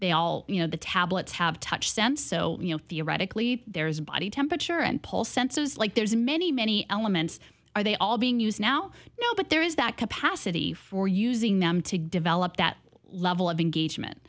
they all you know the tablets have touch sense so you know theoretically there's body temperature and pulse senses like there's many many elements are they all being used now now but there is that capacity for using them to give elop that level of engagement